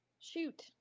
Shoot